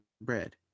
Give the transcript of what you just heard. bread